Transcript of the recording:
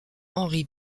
henri